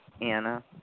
Anna